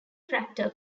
fractal